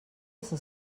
ses